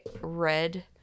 red